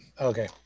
Okay